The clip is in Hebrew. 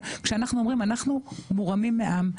כשאנחנו אומרים אנחנו מורמים מעם,